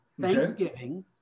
Thanksgiving